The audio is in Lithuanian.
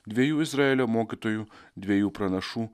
dviejų izraelio mokytojų dviejų pranašų